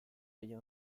payer